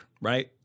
right